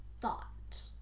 thought